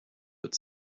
but